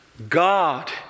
God